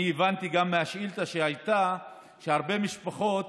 אני גם הבנתי מהשאילתה שהייתה שהרבה משפחות